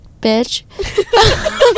bitch